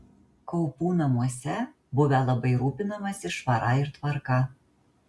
kaupų namuose buvę labai rūpinamasi švara ir tvarka